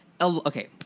Okay